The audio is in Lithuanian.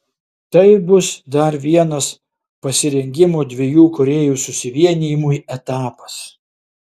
tai bus dar vienas pasirengimo dviejų korėjų susivienijimui etapas